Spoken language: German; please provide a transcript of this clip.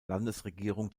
landesregierung